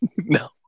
No